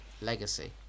legacy